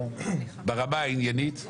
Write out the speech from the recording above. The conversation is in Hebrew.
ברמה העניינית,